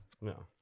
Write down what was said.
No